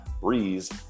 breeze